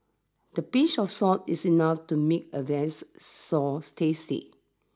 the pinch of salt is enough to make a sauce tasty